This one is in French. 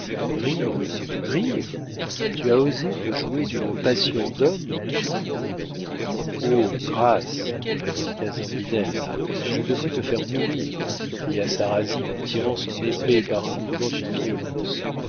tu as osé te jouer d'une passion d'homme toi oh grâce répliqua zambinella je devrais te faire mourir cria sarrasine en tirant son épée par un mouvement de violence